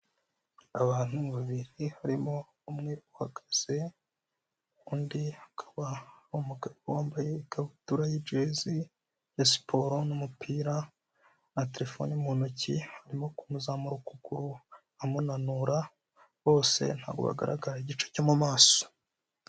Abantu babiri harimo umwe uhagaze, undi akaba umugabo wambaye ikabutura y'ijezi ya siporo n'umupira na terefone mu ntoki, arimo kumuzamura ukuguru amunanura, bose ntabwo bagaragara igice cyo mu maso.